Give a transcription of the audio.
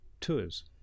tours